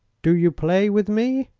do you play with me?